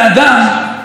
תתעוררו,